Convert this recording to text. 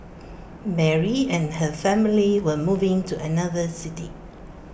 Mary and her family were moving to another city